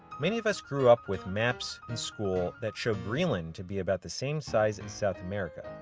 many of us grew up with maps in school that showed greenland to be about the same size as south america.